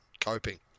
Coping